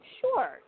Sure